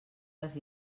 les